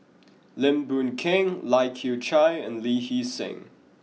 Lim Boon Keng Lai Kew Chai and Lee Hee Seng